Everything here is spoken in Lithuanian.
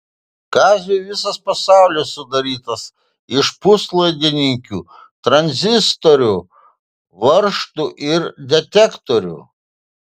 kaziui visas pasaulis sudarytas iš puslaidininkių tranzistorių varžtų ir detektorių